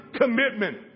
commitment